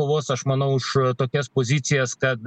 kovos aš manau už tokias pozicijas kad